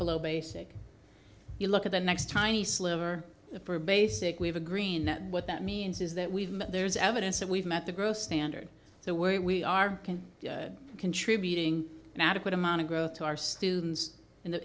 below basic you look at the next time the sliver for basic we have a green that what that means is that we've there's evidence that we've met the growth standard the way we are contributing adequate amount of growth to our students in the